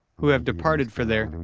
who have departed for there,